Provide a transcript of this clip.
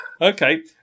Okay